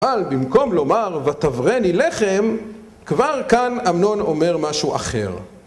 אבל במקום לומר 'ותברני לחם', כבר כאן אמנון אומר משהו אחר.